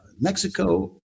Mexico